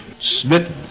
smitten